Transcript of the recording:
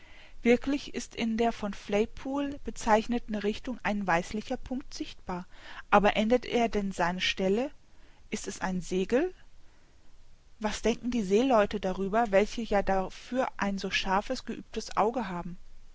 wirklich ist in der von flaypol bezeichneten richtung ein weißlicher punkt sichtbar aber ändert er denn seine stelle ist es ein segel was denken die seeleute darüber welche ja dafür ein so scharfes geübtes auge haben